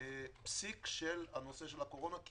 פסיק של נושא הקורונה, כי